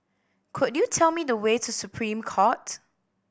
could you tell me the way to Supreme Court